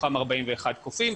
מתוכם 41 קופים.